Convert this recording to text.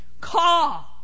Call